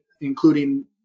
including